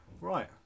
right